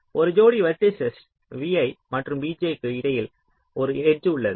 ஒரு ஜோடி vertices vi மற்றும் vj க்கு இடையில் ஒரு எட்ஜ் உள்ளது